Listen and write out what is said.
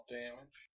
damage